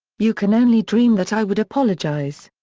you can only dream that i would apologize.